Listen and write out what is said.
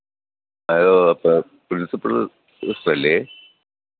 hello അപ്പം principal സിസ്റ്ററല്ലേ